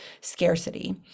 scarcity